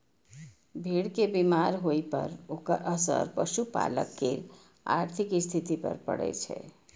भेड़ के बीमार होइ पर ओकर असर पशुपालक केर आर्थिक स्थिति पर पड़ै छै